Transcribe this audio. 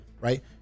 Right